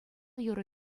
юрӑ